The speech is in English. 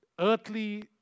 earthly